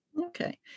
Okay